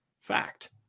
Fact